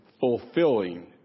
fulfilling